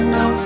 no